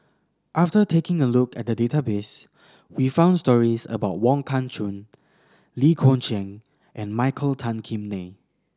after taking a look at the database we found stories about Wong Kah Chun Lee Kong Chian and Michael Tan Kim Nei